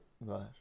Right